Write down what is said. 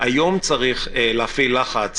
היום צריך להפעיל לחץ